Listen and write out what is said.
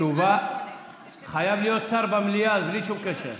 אני, יש לי, חייב להיות שר במליאה בלי שום קשר.